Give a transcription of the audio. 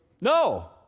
No